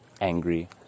angry